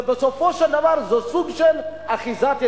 ובסופו של דבר זה סוג של אחיזת עיניים.